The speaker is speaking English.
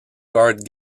card